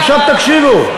עכשיו תקשיבו,